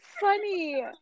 funny